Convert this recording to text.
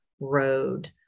road